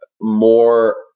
more